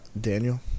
Daniel